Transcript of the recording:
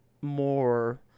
more